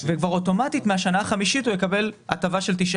וכבר אוטומטית מהשנה החמישית הוא יקבל הטבה של 9